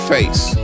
Face